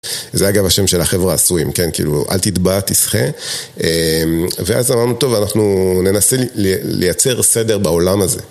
זה, אגב, השם של החבר'ה Swimm, כן, כאילו, אל תטבע, תשחה. ואז אמרנו, טוב, אנחנו ננסה לייצר סדר בעולם הזה.